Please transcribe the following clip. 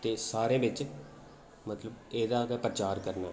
ते सारें बिच मतलब एह्दा गै प्रचार करना ऐ